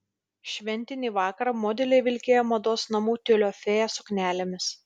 šventinį vakarą modeliai vilkėjo mados namų tiulio fėja suknelėmis